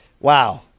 Wow